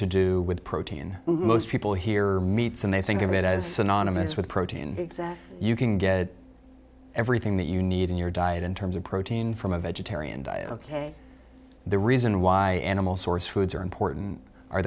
to do with protein most people here meats and they think of it as synonymous with protein that you can get everything that you need in your diet in terms of protein from a vegetarian diet ok the reason why animal source foods are important